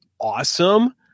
awesome